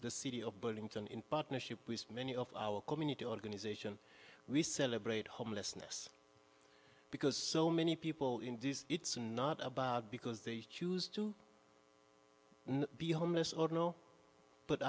in partnership with many of our community organization we celebrate homelessness because so many people in this it's not about because they choose to be homeless or no but